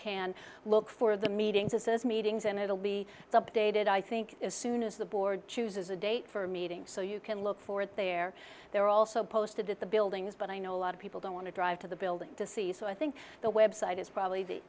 can look for the meetings as those meetings and it will be updated i think as soon as the board chooses a date for a meeting so you can look for it there they're also posted at the buildings but i know a lot of people don't want to drive to the building to see so i think the website is probably the